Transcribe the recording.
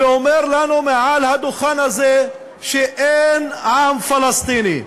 ואומר לנו מעל הדוכן הזה שאין עם פלסטיני.